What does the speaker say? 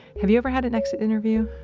have you ever had an exit interview?